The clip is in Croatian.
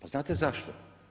A znate zašto?